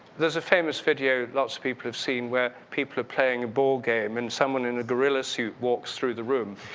there's a famous video, lots of people have seen where people are playing a ball game and someone in a gorilla suit walks through the room.